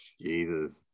Jesus